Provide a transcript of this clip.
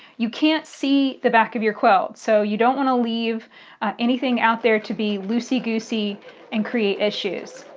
you can't see the back of your quilt so you don't want to leave anything out there to be loosey-goosey and create issues.